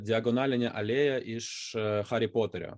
diagonalinę alėją iš hario poterio